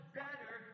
better